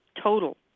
total